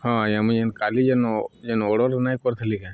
ହଁ ଯେନ୍ କାଲି ଯେନ୍ ଯେନ୍ ଅର୍ଡ଼ର୍ ନାଇଁ କରିଥିଲି କାଁ